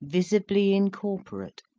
visibly incorporate,